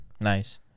Nice